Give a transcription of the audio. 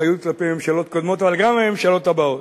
אחריות כלפי ממשלות קודמות, אבל גם לממשלות הבאות,